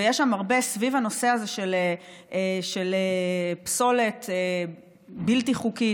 ויש שם הרבה סביב הנושא הזה של פסולת בלתי חוקית,